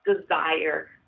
desire